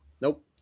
Nope